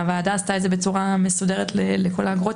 והוועדה עשתה את זה בצורה מסודרת לכל האגרות.